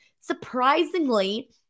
surprisingly